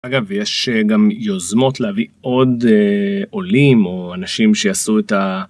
אגב יש גם יוזמות להביא עוד עולים או אנשים שיעשו את ה...